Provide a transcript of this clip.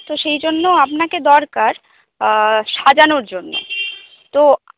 তো সেইজন্য আপনাকে দরকার সাজানোর জন্য তো